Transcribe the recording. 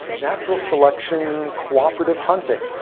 natural selection, cooperative hunting.